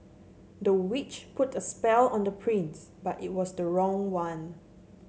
the witch put a spell on the prince but it was the wrong one